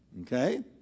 Okay